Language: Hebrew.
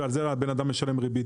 ועל זה האדם משלם ריבית?